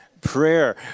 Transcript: Prayer